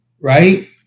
right